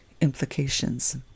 implications